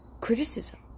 criticism